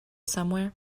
somewhere